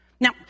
Now